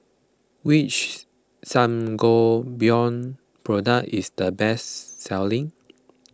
which Sangobion product is the best selling